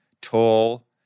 Tall